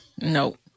Nope